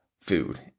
food